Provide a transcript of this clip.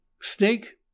Steak